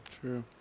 True